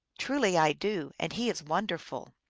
truly i do, and he is wonderful.